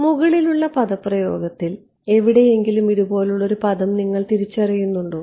മുകളിലുള്ള പദപ്രയോഗത്തിൽ എവിടെയെങ്കിലും ഇതുപോലുള്ള ഒരു പദം നിങ്ങൾ തിരിച്ചറിയുന്നുണ്ടോ